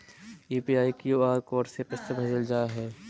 UPI, QR code से पैसा भेजल जा हइ